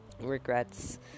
regrets